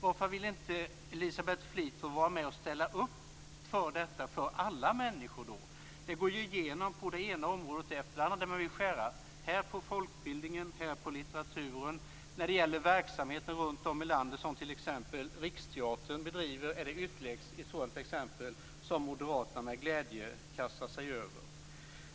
Varför vill då inte Elisabeth Fleetwood vara med och ställa upp på detta för alla människor? Det går ju igen på det ena området efter det andra där man vill skära; här på folkbildningen, här på litteraturen. När det gäller den verksamhet runt om i landet som t.ex. Riksteatern bedriver har vi ytterligare ett exempel på något som Moderaterna med glädje kastar sig över.